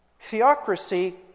Theocracy